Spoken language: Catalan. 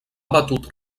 batut